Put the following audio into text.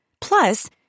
Plus